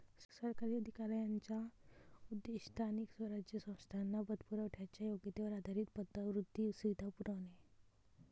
सरकारी अधिकाऱ्यांचा उद्देश स्थानिक स्वराज्य संस्थांना पतपुरवठ्याच्या योग्यतेवर आधारित पतवृद्धी सुविधा पुरवणे